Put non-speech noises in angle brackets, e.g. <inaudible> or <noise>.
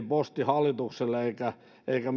<unintelligible> postin hallitukselle eikä eikä <unintelligible>